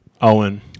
Owen